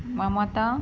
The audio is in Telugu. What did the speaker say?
మమత